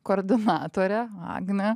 koordinatorė agnė